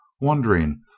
wondering